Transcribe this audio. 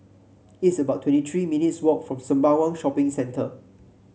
it's about twenty three minutes' walk from Sembawang Shopping Centre